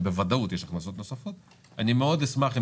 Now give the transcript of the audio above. בוודאות יש הכנסות נוספות אני מאוד אשמח אם